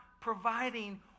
providing